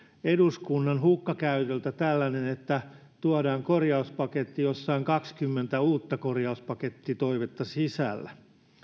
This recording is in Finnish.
eduskunnan hukkakäytöltä että tuodaan korjauspaketti jossa on kaksikymmentä uutta korjauspakettitoivetta sisällä